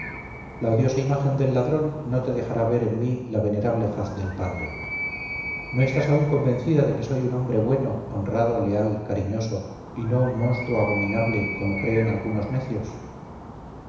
la odiosa imagen del ladrón no te dejará ver en mí la venerable faz del padre no estás aún convencida de que soy un hombre bueno honrado leal cariñoso y no un monstruo abominable como creen algunos necios